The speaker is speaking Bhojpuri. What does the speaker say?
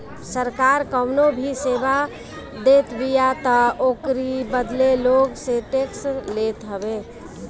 सरकार कवनो भी सेवा देतबिया तअ ओकरी बदले लोग से टेक्स लेत हवे